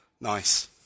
Nice